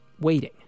Waiting